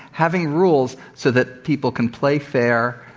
having rules so that people can play fair,